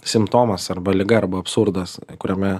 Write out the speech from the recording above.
simptomas arba liga arba absurdas kuriame